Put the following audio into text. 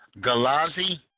Galazi